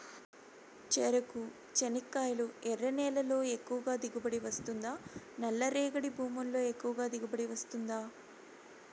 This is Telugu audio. చెరకు, చెనక్కాయలు ఎర్ర నేలల్లో ఎక్కువగా దిగుబడి వస్తుందా నల్ల రేగడి భూముల్లో ఎక్కువగా దిగుబడి వస్తుందా